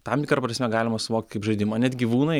tam tikra prasme galima suvokt kaip žaidimą net gyvūnai